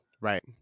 Right